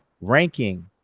ranking